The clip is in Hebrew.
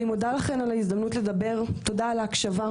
אני מודה לכן על ההזדמנות לדבר, תודה על ההקשבה.